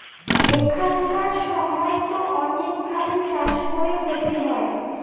এখানকার সময়তো অনেক ভাবে চাষ করে ক্ষতি হয়